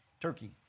Turkey